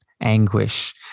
anguish